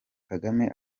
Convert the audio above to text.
kagame